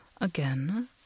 Again